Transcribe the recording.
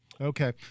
okay